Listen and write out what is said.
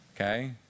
Okay